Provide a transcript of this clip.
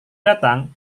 datang